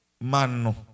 mano